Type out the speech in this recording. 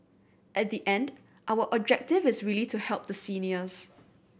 at the end our objective is really to help the seniors